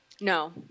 No